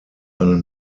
eine